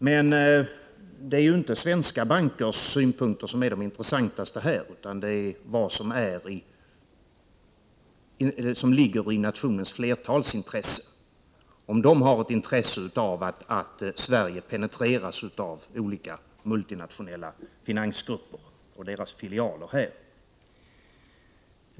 Men det är inte svenska bankers synpunkter som är de mest intressanta här utan om nationens flertal har ett intresse av att Sverige penetreras av olika multinationella finansgrupper och deras filialer.